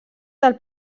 del